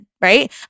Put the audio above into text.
right